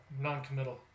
noncommittal